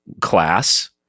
class